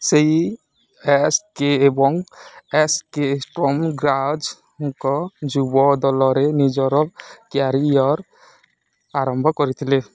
ସେଇ S K ଏବଂ S K Sturm ଗ୍ରାଜ୍ଙ୍କ ଯୁବ ଦଲରେ ନିଜର କ୍ୟାରିୟର୍ ଆରମ୍ଭ କରିଥିଲେ